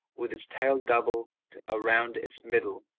with its tail doubled around its middle,